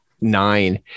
nine